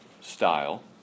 style